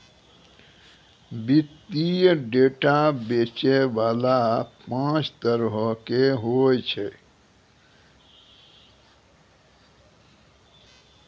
वित्तीय डेटा बेचै बाला पांच तरहो के होय छै